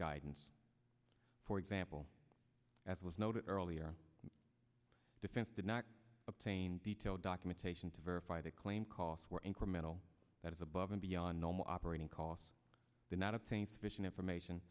guidance for example as was noted earlier the defense did not obtain detailed documentation to verify that claim costs were incremental that is above and beyond normal operating costs the